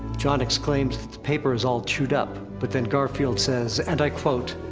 jon exclaims that the paper's all chewed up, but then garfield says, and i quote,